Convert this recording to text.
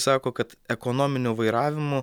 sako kad ekonominiu vairavimu